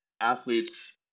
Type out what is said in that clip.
athletes